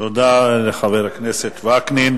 תודה לחבר הכנסת וקנין.